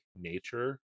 nature